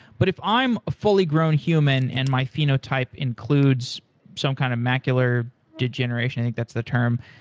but if i'm a fully grown human and my phenotype includes some kind of macular degeneration, i think that's the term,